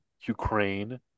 Ukraine